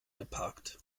geparkt